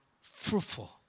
fruitful